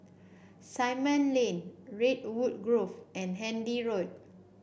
Simon Lane Redwood Grove and Handy Road